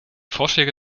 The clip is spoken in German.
vorschläge